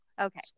Okay